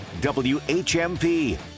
WHMP